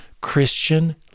Christian